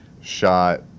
shot